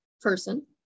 person